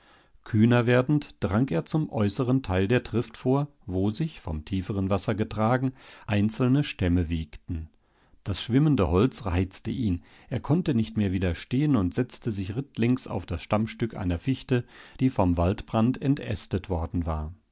kühner werdend drang er zum äußeren teil der trift vor wo sich vom tieferen wasser getragen einzelne stämme wiegten das schwimmende holz reizte ihn er konnte nicht mehr widerstehen und setzte sich rittlings auf das stammstück einer fichte die vom waldbrand entästet worden war